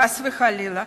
חס וחלילה,